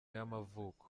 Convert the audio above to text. y’amavuko